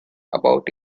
about